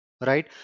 Right